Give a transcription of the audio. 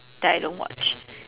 that I don't watch